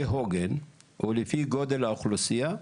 כהוגן ולפי גודל האוכלוסייה,